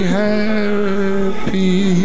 happy